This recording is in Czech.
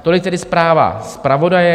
Tolik tedy zpráva zpravodaje.